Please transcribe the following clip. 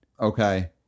Okay